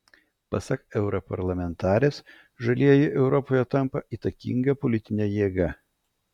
pasak europarlamentarės žalieji europoje tampa įtakinga politine jėga